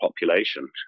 population